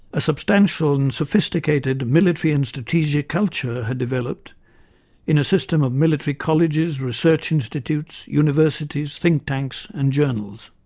a substantial and sophisticated military and strategic culture has developed in a system of military colleges, research institutes, universities, think-tanks and journals.